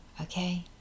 Okay